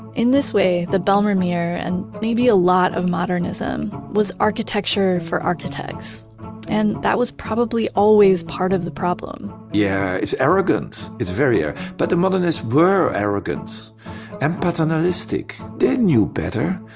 in this way, the bijlmermeer and maybe a lot of modernism was architecture for architects and that was probably always part of the problem yeah, it's arrogance. it's very. ah but the modernists were arrogant and paternalistic. they knew better.